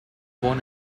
born